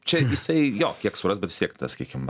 čia jisai jo kiek suras bet vis tiek tas sakykim